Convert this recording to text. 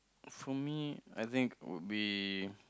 for me I think would be